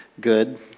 good